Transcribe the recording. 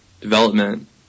development